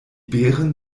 beeren